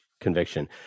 conviction